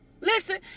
Listen